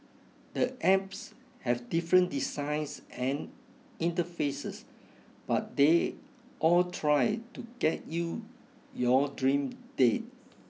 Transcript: the apps have different designs and interfaces but they all try to get you your dream date